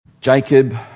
Jacob